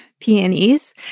peonies—